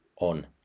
on